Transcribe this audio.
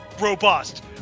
robust